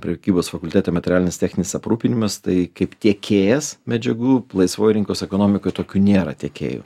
prekybos fakultete materialinis techninis aprūpinimas tai kaip tiekėjas medžiagų laisvojoj rinkos ekonomikoj tokių nėra tiekėjų